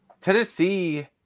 Tennessee